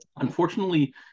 unfortunately